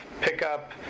pickup